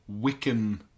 Wiccan